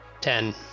Ten